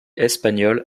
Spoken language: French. espagnol